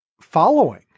following